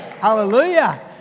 Hallelujah